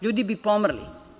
Ljudi bi pomrli.